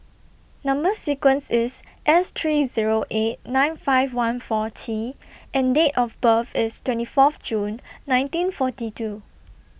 Number sequence IS S three Zero eight nine five one four T and Date of birth IS twenty Fourth June nineteen forty two